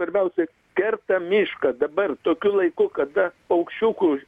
svarbiausia kerta mišką dabar tokiu laiku kada paukščiukų